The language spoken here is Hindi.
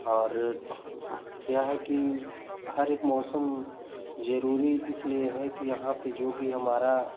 और क्या है कि हम एक मौसम जरूरी इसलिए है कि यहाँ पे जो भी हमारा